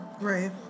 Right